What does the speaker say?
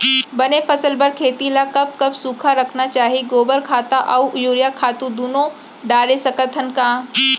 बने फसल बर खेती ल कब कब सूखा रखना चाही, गोबर खत्ता और यूरिया खातू दूनो डारे सकथन का?